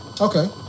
Okay